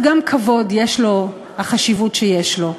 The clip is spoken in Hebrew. גם כבוד יש לו החשיבות שיש לו,